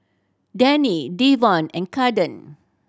Dannie Devon and Caden